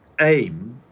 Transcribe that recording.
aim